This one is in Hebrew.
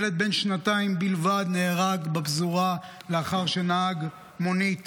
ילד בן שנתיים בלבד נהרג בפזורה לאחר שנהג מונית